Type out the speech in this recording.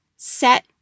set